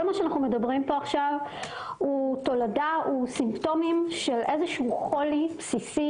כל מה שאנחנו מדברים פה עכשיו זה סימפטומים של חולי בסיסי